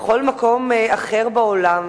בכל מקום אחר בעולם,